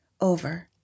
over